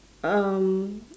um